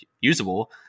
usable